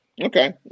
okay